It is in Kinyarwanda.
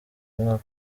umwaka